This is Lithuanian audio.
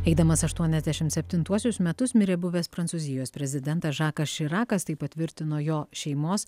eidamas aštuoniasdešimt septintuosius metus mirė buvęs prancūzijos prezidentas žakas širakas tai patvirtino jo šeimos